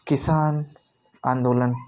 किसान आंदोलन